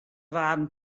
waarden